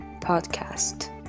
Podcast